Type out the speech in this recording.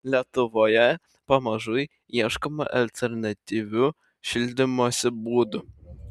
lietuvoje pamažu ieškoma alternatyvių šildymosi būdų